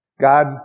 God